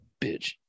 bitch